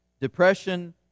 depression